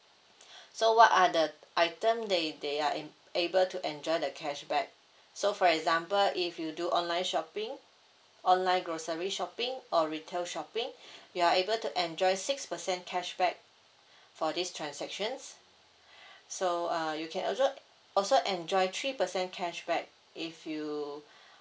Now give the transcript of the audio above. so what are the item they they are in able to enjoy the cashback so for example if you do online shopping online grocery shopping or retail shopping you are able to enjoy six percent cashback for these transactions so uh you can also also enjoy three percent cashback if you